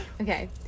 okay